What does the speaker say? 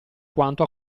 quanto